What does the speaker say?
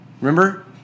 Remember